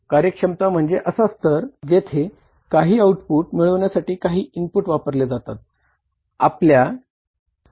कार्यक्षमता म्हणजे असा स्तर जेथे काही आउटपुट वापरले जातात